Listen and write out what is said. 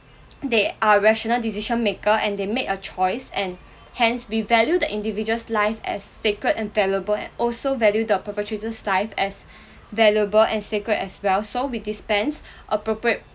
they are rational decision maker and they make a choice and hence we value that individual's life as sacred and valuable and also value the perpetrator's life as valuable and sacred as well so we dispense appropriate